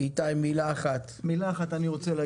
איתי, מילה אחת, בבקשה.